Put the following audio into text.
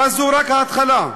אבל זאת רק ההתחלה.